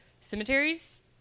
cemeteries